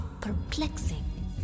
perplexing